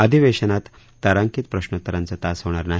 अधिवेशनात तारांकित प्रश्नोत्तराचा तास होणार नाही